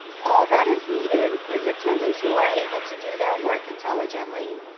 all that is needed is attendants who are able to do their work intelligently,